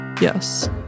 Yes